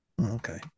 Okay